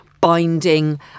binding